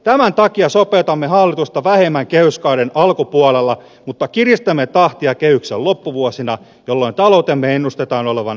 tämän takia sopeutamme hallitusta vähemmän kehyskauden alkupuolella mutta kiristämme tahtia kehyksen loppuvuosina jolloin taloutemme ennustetaan olevan tukevammalla pohjalla